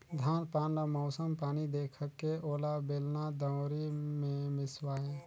धान पान ल मउसम पानी देखके ओला बेलना, दउंरी मे मिसवाए